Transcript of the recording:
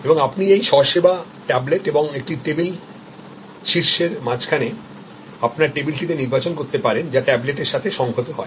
এবং আপনি এই স্ব পরিষেবা ট্যাবলেট এবং একটি টেবিল শীর্ষের মাধ্যমে আপনার টেবিলটিতে নির্বাচন করতে পারেন যা ট্যাবলেটের সাথে সংহত হয়